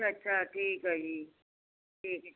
ਅੱਛਾ ਠੀਕ ਹੈ ਜੀ